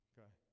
Okay